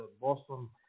Boston